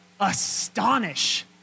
astonish